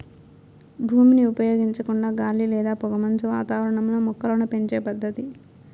భూమిని ఉపయోగించకుండా గాలి లేదా పొగమంచు వాతావరణంలో మొక్కలను పెంచే పద్దతి